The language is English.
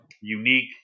unique